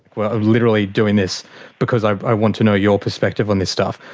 we're literally doing this because i want to know your perspective on this stuff.